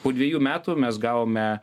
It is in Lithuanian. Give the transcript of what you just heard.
po dviejų metų mes gavome